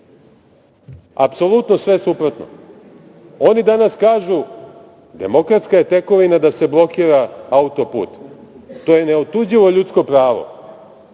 apsolutno sve suprotno. Oni danas kažu - demokratska je tekovina da se blokira autoput, to je neotuđivo ljudsko pravo,